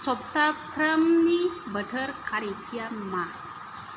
सप्ताफ्रोमनि बोथोर खारिथिआ मा